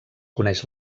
coneix